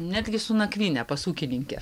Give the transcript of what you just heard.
netgi su nakvyne pas ūkininkę